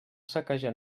saquejar